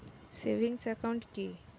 Savings account কি?